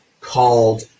called